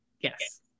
Yes